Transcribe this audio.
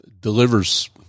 delivers